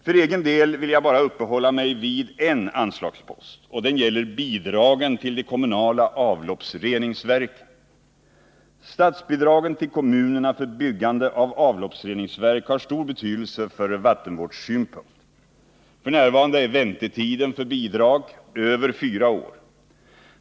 För egen del vill jag bara uppehålla mig vid en anslagspost, och den gäller bidragen till de kommunala avloppsreningsverken. Statsbidragen till kommunerna för byggande av avloppsreningsverk har stor betydelse från vattenvårdssynpunkt. F. n. är väntetiden för bidrag över fyra år.